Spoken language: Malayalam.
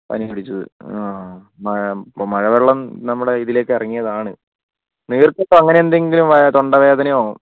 പനി പിടിച്ചത് ആഹ് മഴ മഴവെള്ളം നമ്മുടെ ഇതിലേക്ക് ഇറങ്ങിയതാണ് നീർക്കെട്ട് അങ്ങനെ എന്തെങ്കിലും തൊണ്ട വേദനയോ